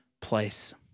place